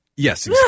Yes